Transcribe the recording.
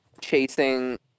chasing